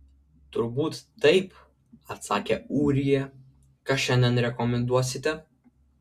turbūt taip atsakė ūrija ką šiandien rekomenduosite